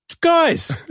Guys